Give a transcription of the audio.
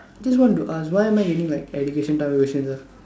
just want to ask why am I getting like education type of questions ah